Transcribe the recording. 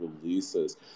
releases